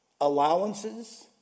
allowances